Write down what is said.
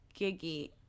Giggy